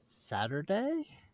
Saturday